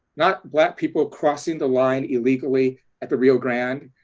not black people crossing the line illegally at the rio grande.